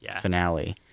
finale